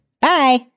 Bye